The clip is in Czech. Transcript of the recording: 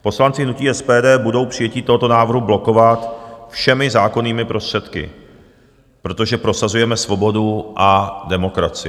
Poslanci hnutí SPD budou přijetí tohoto návrhu blokovat všemi zákonnými prostředky, protože prosazujeme svobodu a demokracii.